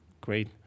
Great